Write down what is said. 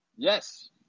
Yes